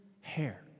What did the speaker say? hair